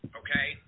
okay